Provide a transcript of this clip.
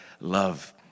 love